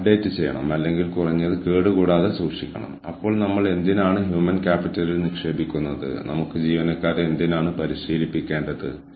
നിങ്ങൾ ചെയ്യുന്നതെന്തും ഉചിതമായിരിക്കണം അനുയോജ്യമായിരിക്കണം അതിന് നിങ്ങൾ ചെയ്യുന്ന സാമ്പത്തികവും സാമൂഹികവും പാരിസ്ഥിതികവുമായ സന്ദർഭങ്ങളുമായി പൊരുത്തപ്പെടേണ്ടതുണ്ട്